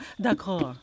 d'accord